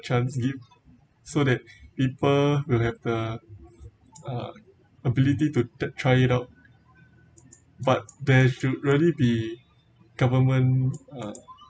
chance give so that people will have the ability to te~ try it out but there should really be government